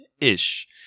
ish